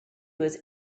was